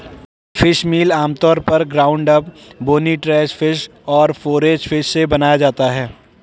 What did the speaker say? fishmeal आमतौर पर ground up, bony trash fish और फोरेज फिश से बनाया जाता है